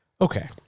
Okay